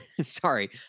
Sorry